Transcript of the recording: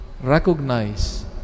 recognize